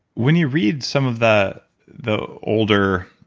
when you read some of the the older